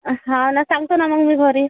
हो ना सांगतो ना मग मी घरी